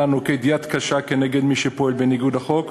נוקט יד קשה נגד מי שפועל בניגוד לחוק.